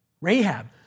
Rahab